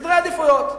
סדרי עדיפויות.